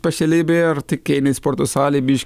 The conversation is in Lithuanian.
pašilibėje ar tik eini į sporto salė biškį